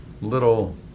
little